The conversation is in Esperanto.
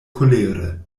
kolere